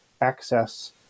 access